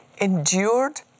endured